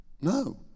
No